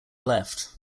left